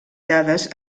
dades